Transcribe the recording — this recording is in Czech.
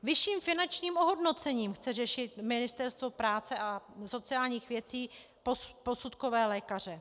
Vyšším finančním ohodnocením chce řešit Ministerstvo práce a sociálních věcí posudkové lékaře.